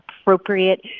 appropriate